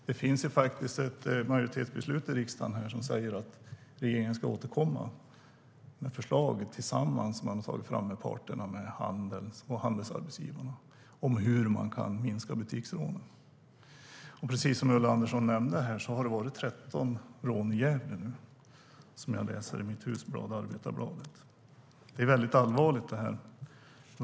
Det finns faktiskt ett majoritetsbeslut här i riksdagen som säger att regeringen ska återkomma med förslag som ska tas fram tillsammans parterna handeln och handelsarbetsgivarna om hur man kan minska butiksrånen. Som Ulla Andersson nämnde och som jag läst om i mitt husorgan Arbetarbladet har det varit 13 rån i Gävleborg. Det är väldigt allvarligt.